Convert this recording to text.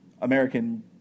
American